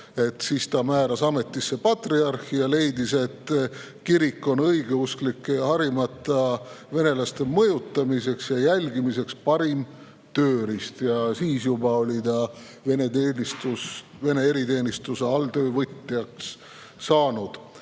Siis ta määras ametisse patriarhi ja leidis, et kirik on õigeusklike harimata venelaste mõjutamiseks ja jälgimiseks parim tööriist. Ja juba siis oli ta Vene eriteenistuste alltöövõtjaks saanud.